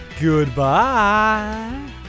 Goodbye